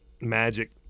Magic